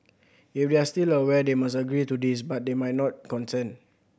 if they are still aware they must agree to this but they might not consent